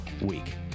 week